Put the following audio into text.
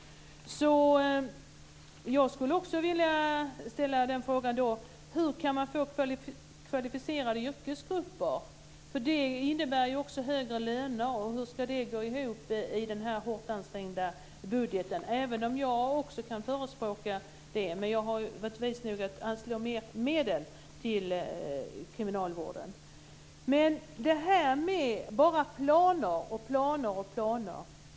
Jag skulle också vilja ställa frågan: Hur kan man få kvalificerade yrkesgrupper? Det innebär också högre löner, och hur ska det gå ihop med den hårt ansträngda budgeten? Även jag kan förespråka det, men jag har varit vis nog att anslå mer medel till kriminalvården. Det handlar bara om planer, planer och planer.